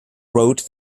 wrote